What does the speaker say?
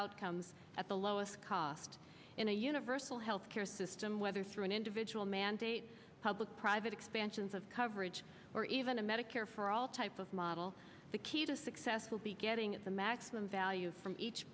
outcomes at the lowest cost in a universal health care system whether through an individual mandate public private expansions of coverage or even a medicare for all type of model the key to success will be getting the maximum value from each